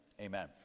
amen